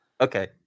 Okay